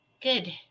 Good